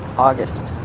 august,